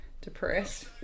depressed